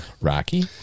Rocky